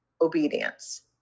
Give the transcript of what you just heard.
obedience